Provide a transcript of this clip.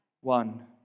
One